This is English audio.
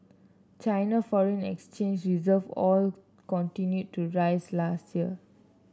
China foreign exchange reserve all continued to rise last year